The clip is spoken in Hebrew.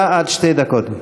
שלו, זמן השאלה עד שתי דקות.